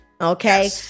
Okay